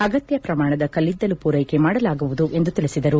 ಅಗತ್ಯ ಪ್ರಮಾಣದ ಕಲ್ಲಿದ್ದಲು ಪೂರೈಕೆ ಮಾಡಲಾಗುವುದು ಎಂದು ತಿಳಿಸಿದರು